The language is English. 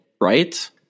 right